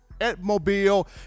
Edmobile